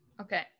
Okay